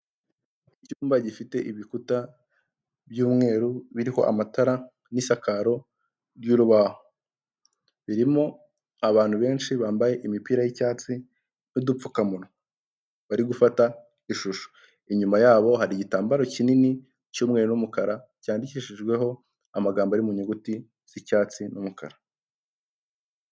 Icyumba gifite ibikuta by'umweru biriho amatara n'isakaro ry'urubaho birimo abantu benshi bambaye imipira y'icyatsi n'udupfukamunwa bari gufata ishusho, inyuma yabo hari igitambaro kinini cy'umweru n'umukara, cyandikishijweho amagambo ari mu nyuguti z'icyatsi n'umukara.